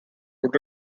would